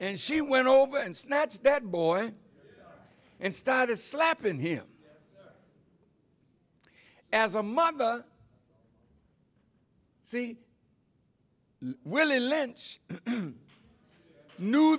and she went over and snatched that boy and started slapping him as a mother see willie lynch knew